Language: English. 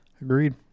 Agreed